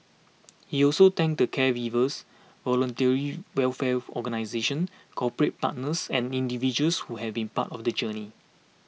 he also thanked the caregivers voluntary welfare organisations corporate partners and individuals who have been part of the journey